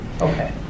Okay